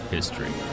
History